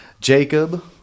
Jacob